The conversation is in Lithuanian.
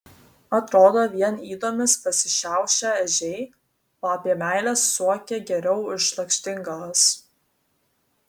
atrodo vien ydomis pasišiaušę ežiai o apie meilę suokia geriau už lakštingalas